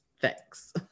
Thanks